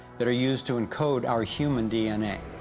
that are used to encode our human dna.